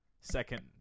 Second